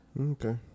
Okay